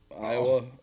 Iowa